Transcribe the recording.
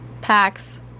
packs